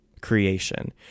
creation